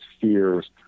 fears